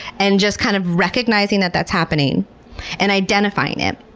and just kind of recognizing that that's happening and identifying it.